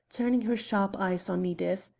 turning her sharp eyes on edith.